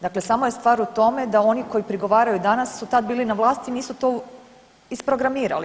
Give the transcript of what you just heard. Dakle, samo je stvar u tome da oni koji prigovaraju danas tad su bili na vlasti nisu to isprogramirali.